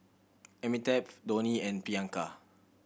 Amitabh Dhoni and Priyanka